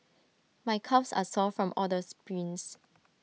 my calves are sore from all the sprints